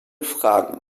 fragen